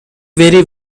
very